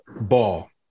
Ball